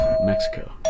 Mexico